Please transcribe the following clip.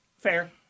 Fair